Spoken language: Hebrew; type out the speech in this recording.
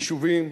ביישובים,